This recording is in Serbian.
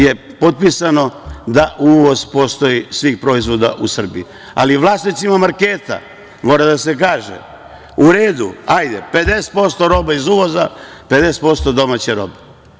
Dakle, CEFTA-om je potpisano da postoji uvoz svih proizvoda u Srbiji, ali vlasnicima marketa mora da se kaže – u redu, ajde 50% robe iz uvoza, 50% domaće robe.